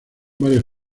varias